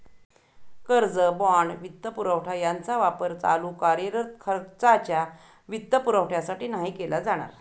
कर्ज, बाँड, वित्तपुरवठा यांचा वापर चालू कार्यरत खर्चाच्या वित्तपुरवठ्यासाठी नाही केला जाणार